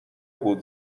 بود